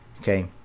Okay